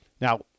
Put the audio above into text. now